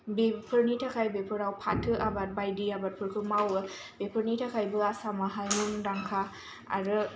बेफोरनि थाखाय बेफोराव फाथो आबाद बायदि आबादफोरखौ मावो बेफोरनि थाखायबो आसामाहाय मुंदांखा आरो